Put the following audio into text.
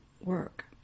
work